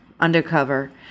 undercover